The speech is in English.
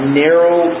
narrow